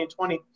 2020